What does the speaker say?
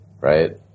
right